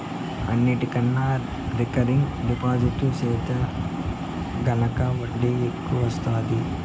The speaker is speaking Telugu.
అన్నిటికన్నా రికరింగ్ డిపాజిట్టు సెత్తే గనక ఒడ్డీ ఎక్కవొస్తాది